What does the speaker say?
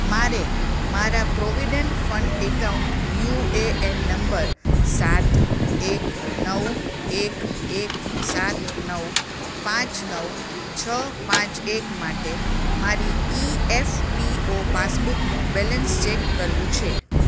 મારે મારા provident fund account UAN number સાત એક નવ એક એક સાત નવ પાંચ નવ છ પાંચ એક માટે મારી ઇ એફ પી ઓ પાસબુકનું બેલેન્સ ચેક કરવું છે